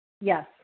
Yes